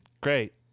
Great